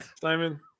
Simon